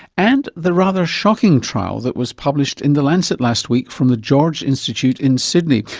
and the rather shocking trial that was published in the lancet last week from the george institute in sydney,